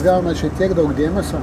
gauna čia tiek daug dėmesio